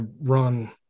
run